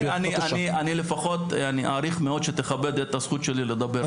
אדוני, אני אעריך מאוד שתכבד את הזכות שלי לדבר.